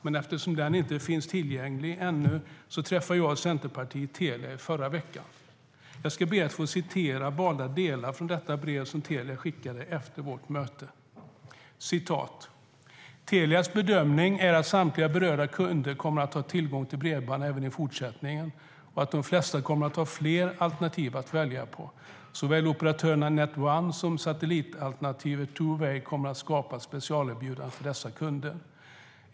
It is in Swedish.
Men eftersom den inte finns tillgänglig ännu träffade jag och Centerpartiet Telia i förra veckan. Jag ska be att få citera valda delar från det brev som Telia skickade efter vårt möte: "Telias bedömning är att samtliga berörda kunder kommer att ha tillgång till bredband även i fortsättningen och att de flesta kommer att ha fler än ett alternativ att välja på. Såväl operatören Netl som satellitalternativet Tooway har skapat specialerbjudanden för dessa kunder.